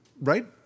right